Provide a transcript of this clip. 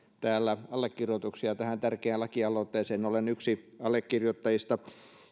täällä allekirjoituksia tähän tärkeään lakialoitteeseen olen yksi allekirjoittajista